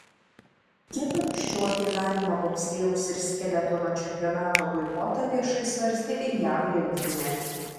kiek anksčiau apie galimą bobslėjaus ir skeletono čempionato boikotą viešai svarstė ir jav rinktinė